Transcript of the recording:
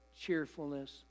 cheerfulness